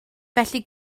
felly